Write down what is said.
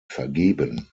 vergeben